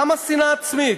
כמה שנאה עצמית?